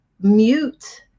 mute